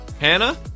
Hannah